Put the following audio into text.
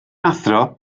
athro